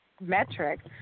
metrics